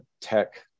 tech